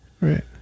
Right